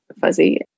fuzzy